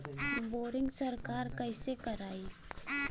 Boring सरकार कईसे करायी?